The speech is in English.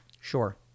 Sure